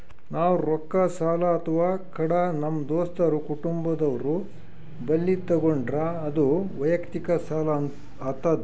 ನಾವ್ ರೊಕ್ಕ ಸಾಲ ಅಥವಾ ಕಡ ನಮ್ ದೋಸ್ತರು ಕುಟುಂಬದವ್ರು ಬಲ್ಲಿ ತಗೊಂಡ್ರ ಅದು ವಯಕ್ತಿಕ್ ಸಾಲ ಆತದ್